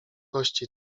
kości